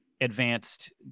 advanced